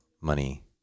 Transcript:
money